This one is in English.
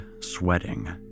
sweating